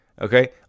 Okay